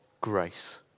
grace